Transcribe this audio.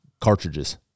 cartridges